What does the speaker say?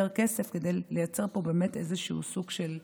כסף כדי לייצר פה באמת איזשהו סוג של הוגנות.